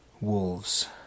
wolves